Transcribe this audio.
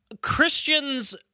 Christians